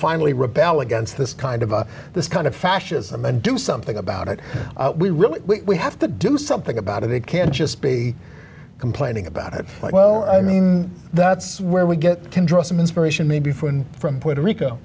finally rebel against this kind of this kind of fascism and do something about it we really have to do something about it it can't just be complaining about it like well i mean that's where we get to draw some inspiration maybe friend from puerto rico